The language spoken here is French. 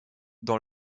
dans